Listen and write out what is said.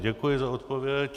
Děkuji za odpověď.